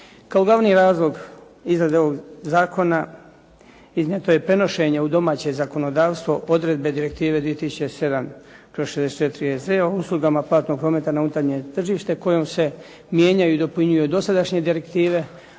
Kao glavni razlog izrade ovog zakona iznijeto je prenošenje u domaće zakonodavstvo odredbe Direktive 2007/64 EZ o uslugama platnog prometa na unutarnje tržište kojom se mijenja i dopunjuju dosadašnje direktive